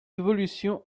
évolution